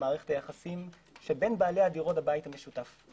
מערכת היחסים שבין בעלי הדירות בבית המשותף.